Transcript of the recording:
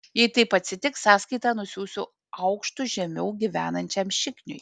jei taip atsitiks sąskaitą nusiųsiu aukštu žemiau gyvenančiam šikniui